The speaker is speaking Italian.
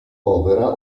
povera